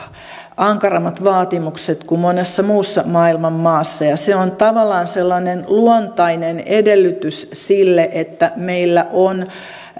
ankarammat vaatimukset kuin monessa muussa maailman maassa ja se on tavallaan sellainen luontainen edellytys sille että meillä on